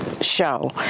show